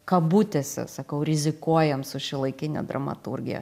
kabutėse sakau rizikuojam su šiuolaikine dramaturgija